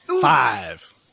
Five